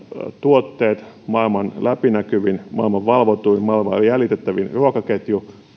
tuotteet maailman läpinäkyvin maailman valvotuin maailman jäljitettävin ruokaketju